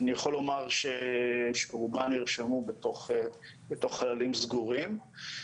אני יכול לומר שרובן נרשמו בתוך חללים סגורים.